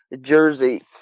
jersey